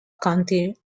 county